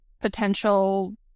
potential